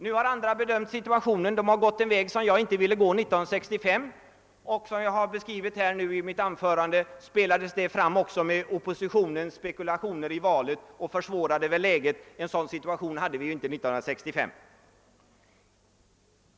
Nu har andra bedömt situationen och gått en väg som jag inte ville gå 1965. Så som jag har beskrivit här i mitt anförande spelades = tillvägagångssättet fram genom oppositionens spekulationer inför valet vilka försvårade läget. Något sådant förekom inte 1965.